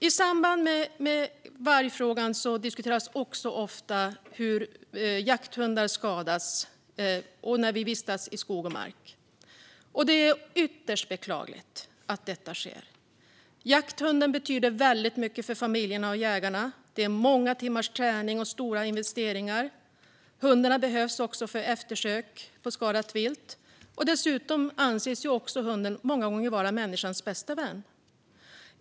I samband med vargfrågan diskuteras också ofta jakthundar som skadas när vi vistas i skog och mark. Det är ytterst beklagligt att detta sker. Jakthunden betyder väldigt mycket för familjerna och jägarna. Det handlar om många timmars träning och stora investeringar. Hundarna behövs också för eftersök efter skadat vilt. Dessutom anses ju hunden många gånger vara människans bästa vän.